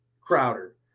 Crowder